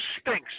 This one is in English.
stinks